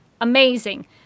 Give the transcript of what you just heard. Amazing